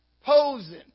posing